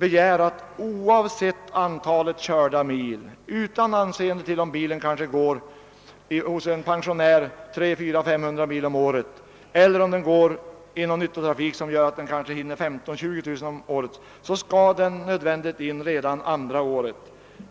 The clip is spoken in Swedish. innebär att en bil — oavsett antalet körda mil, utan anseende till om den körs av en pensionär, kanske 300, 400 eller 500 mil om året, eller om den går i nyttotrafik 15 000—20 000 mil om året — nödvändigtvis skall in på kontroll redan andra året.